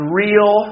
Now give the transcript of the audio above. real